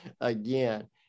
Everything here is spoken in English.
again